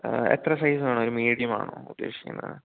എത്ര സൈസ് ആണ് ഒരു മീഡിയം ആണോ ഉദ്ദേശിക്കുന്നത്